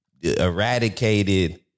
eradicated